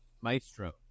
maestro